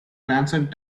transcend